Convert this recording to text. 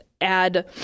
add